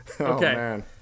Okay